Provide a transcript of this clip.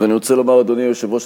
לילך ורועי.